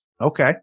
Okay